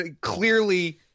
clearly